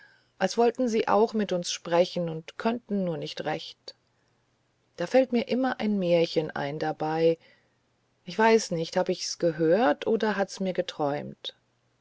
als wollten sie auch mit uns sprechen und könnten nur nicht recht da fällt mir immer ein märchen ein dabei ich weiß nicht hab ich's gehört oder hat mir's geträumt